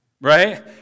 right